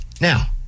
Now